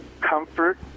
comfort